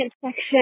section